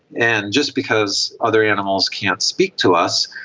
and just because other animals can't speak to us,